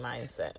mindset